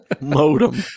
Modem